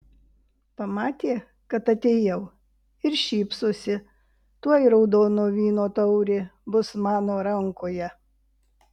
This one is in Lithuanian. pamatė kad atėjau ir šypsosi tuoj raudono vyno taurė bus mano rankoje